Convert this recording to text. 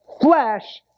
flesh